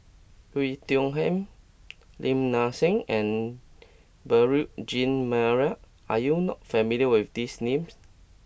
Oei Tiong Ham Lim Nang Seng and Beurel Jean Marie are you not familiar with these names